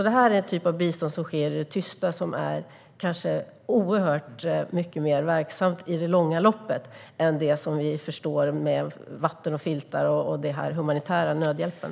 Det är en typ av bistånd som sker i det tysta och som kanske är mycket mer verksamt i det långa loppet än det här med vatten och filtar och den humanitära nödhjälpen.